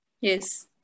Yes